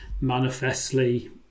manifestly